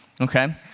okay